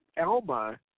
Alma